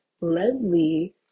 leslie